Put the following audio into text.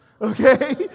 Okay